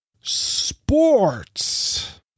Sports